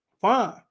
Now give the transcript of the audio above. fine